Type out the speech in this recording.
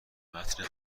متن